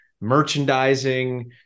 merchandising